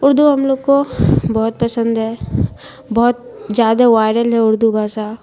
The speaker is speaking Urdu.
اردو ہم لوگ کو بہت پسند ہے بہت زیادہ وائرل ہے اردو بھاسا